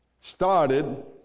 started